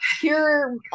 pure